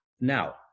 Now